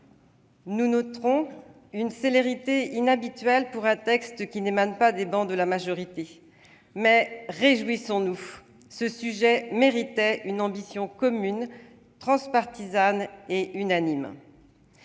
; notons une célérité inhabituelle pour un texte qui n'émane pas des rangs de la majorité ! Néanmoins, réjouissons-nous, ce sujet méritait une ambition commune, transpartisane et unanime.